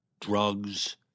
drugs